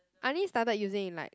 I only started using in like